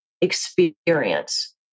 experience